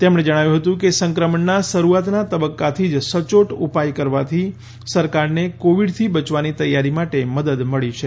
તેમણે જણાવ્યું હતું કે સંક્રમણના શરૂઆતના તબ્બકાથી જ સચોટ ઉપાય કરવાથી સરકારને કોવિડથી બટવાની તૈયારી માટે મદદ મળી છે